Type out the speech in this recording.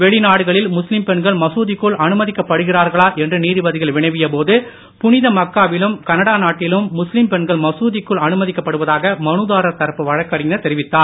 வெளிநாடுகளில் முஸ்லீம் பெண்கள் மசூதிக்குள் அனுமதிக்கப்படுகிறார்களா என்று நீதிபதிகள் வினவிய போது புனித மக்காவிலும் கனடா நாட்டிலும் முஸ்லீம் பெண்கள் மசூதிக்குள் அனுமதிக்கப்படுவதாக மனுதாரர் தரப்பு வழக்கறிஞர் தெரிவித்தார்